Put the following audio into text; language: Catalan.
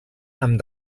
amb